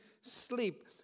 sleep